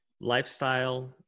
lifestyle